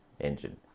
engine